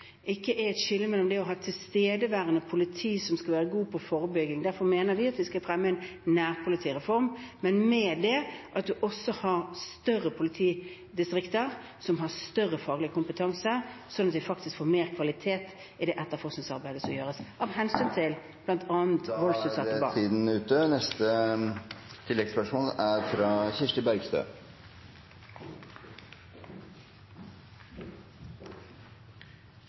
et skille mellom det å ha et tilstedeværende politi og det å skulle være god på forebygging. Derfor mener vi at vi skal fremme en nærpolitireform, men – med det – at man også har større politidistrikter, som har større faglig kompetanse, sånn at de faktisk får mer kvalitet i det etterforskningsarbeidet som gjøres – av hensyn til bl.a. Taletiden er ute.